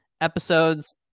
episodes